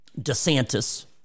DeSantis